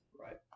Right